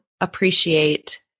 appreciate